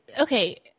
okay